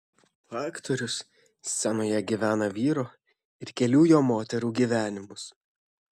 aktorius scenoje gyvena vyro ir kelių jo moterų gyvenimus